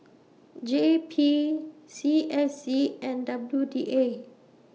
J P C S C and W D A